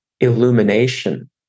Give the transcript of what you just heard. illumination